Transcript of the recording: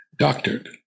doctored